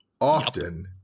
often